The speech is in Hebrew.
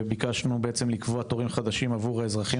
וביקשנו לקבוע תורים חדשים עבור האזרחים